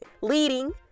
leading